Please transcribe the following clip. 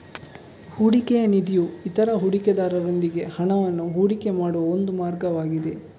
ಹೂಡಿಕೆಯ ನಿಧಿಯು ಇತರ ಹೂಡಿಕೆದಾರರೊಂದಿಗೆ ಹಣವನ್ನು ಹೂಡಿಕೆ ಮಾಡುವ ಒಂದು ಮಾರ್ಗವಾಗಿದೆ